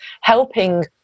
helping